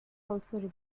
also